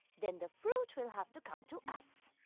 then the fruit will have to come to us.